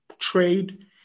trade